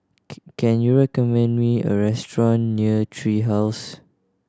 can you recommend me a restaurant near Tree House